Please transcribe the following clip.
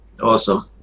Awesome